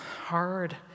hard